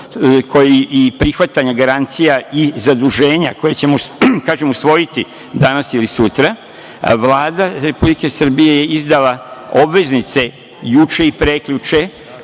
i prihvatanja garancija i zaduženja koja ćemo usvojiti, kažem, danas ili sutra, Vlada Republike Srbije je izdala obveznice juče i prekjuče